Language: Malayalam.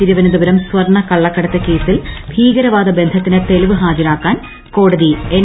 തിരുവനന്തപൂരം സ്വർണ കള്ളക്കടത്ത് കേസിൽ ഭീകരവാദ ബന്ധത്തിന് തെളിവ് ഹാജരാക്കാൻ കോടതി എൻ